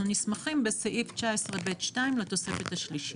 נסמכים בסעיף 19 (ב') 2 לתוספת השלישית.